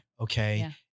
Okay